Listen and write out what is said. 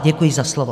Děkuji za slovo.